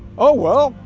oh well,